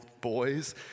boys